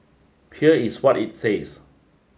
here is what it says